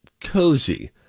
Cozy